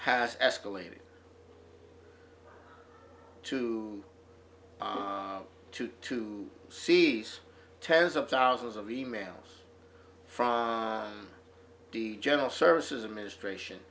has escalated to to to seize tens of thousands of e mails from the general services administration